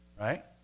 Right